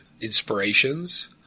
inspirations –